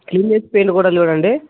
clean చేసి paint కొట్టాలి చూడండి